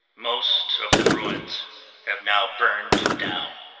most of the ruins have now burned down.